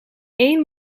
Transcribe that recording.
één